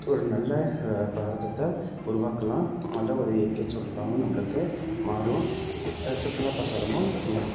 ஒரு நல்ல பாரதத்தை உருவாக்கலாம் நல்ல ஒரு இயற்கைச் சூழலாவும் நம்மளுக்கு மாறும் சுற்றுலாப்பத்தலமும் மேற்கொள்ளும்